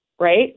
right